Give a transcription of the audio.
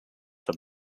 the